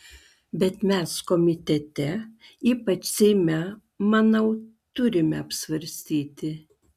bet mes komitete ypač seime manau turime apsvarstyti